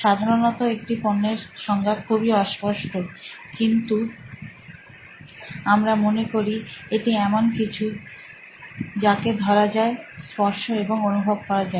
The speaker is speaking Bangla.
সাধারণত একটি পণ্যের সংজ্ঞা খুবই অস্পষ্ট কিন্তু আমি মনে করি এটি এমন কিছু যাকে ধরা যায় স্পর্শ এবং অনুভব করা যায়